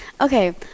Okay